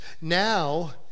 Now